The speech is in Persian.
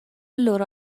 لورا